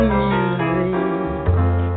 music